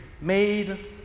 made